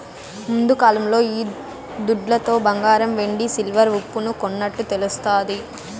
ముందుకాలంలో ఈ దుడ్లతో బంగారం వెండి సిల్వర్ ఉప్పును కొన్నట్టు తెలుస్తాది